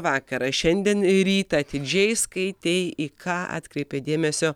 vakarą šiandien rytą atidžiai skaitei į ką atkreipė dėmesio